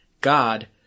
God